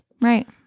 Right